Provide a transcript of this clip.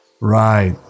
Right